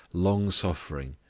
long-suffering,